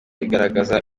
igaragaza